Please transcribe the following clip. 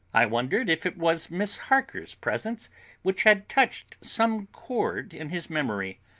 i wonder if it was mrs. harker's presence which had touched some chord in his memory.